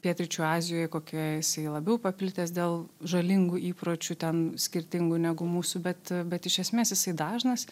pietryčių azijoj kokioj jisai labiau paplitęs dėl žalingų įpročių ten skirtingų negu mūsų bet bet iš esmės jisai dažnas